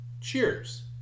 Cheers